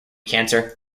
cancer